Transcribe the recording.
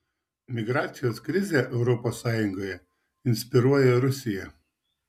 migracijos krizę europos sąjungoje inspiruoja rusija